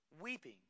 weeping